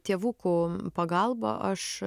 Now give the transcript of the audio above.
tėvukų pagalba aš